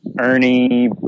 Ernie